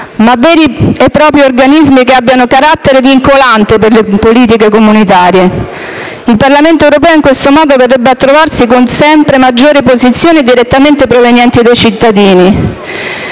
come veri e propri organismi che abbiano carattere vincolante per le politiche comunitarie. Il Parlamento europeo in questo modo verrebbe a trovarsi con sempre maggiori posizioni provenienti direttamente dai cittadini.